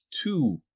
two